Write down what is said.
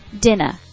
dinner